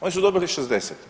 Oni su dobili 60.